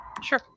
Sure